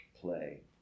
Play